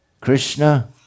Krishna